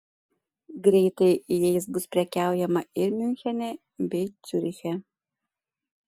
greitai jais bus prekiaujama ir miunchene bei ciuriche